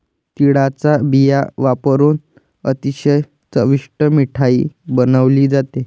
तिळाचा बिया वापरुन अतिशय चविष्ट मिठाई बनवली जाते